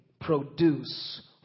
produce